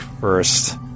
first